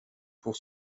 pour